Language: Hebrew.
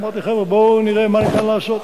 אמרתי: חבר'ה, בואו נראה מה אפשר לעשות.